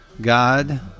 God